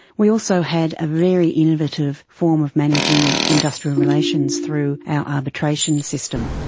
we also had a very innovative form of managing industrial relations through our arbitration system.